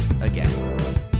again